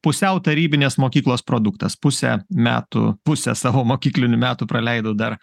pusiau tarybinės mokyklos produktas pusę metų pusę savo mokyklinių metų praleidau dar